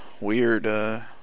weird